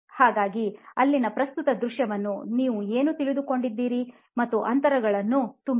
ಹಾಗಾಗಿ ಅಲ್ಲಿನ ಪ್ರಸ್ತುತ ದೃಶ್ಯದಿಂದ ನೀವು ಏನು ತೆಗೆದುಕೊಳ್ಳುತ್ತೀರಿ ಮತ್ತು ಅಂತರಗಳನ್ನು ತುಂಬಿರಿ